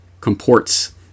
comports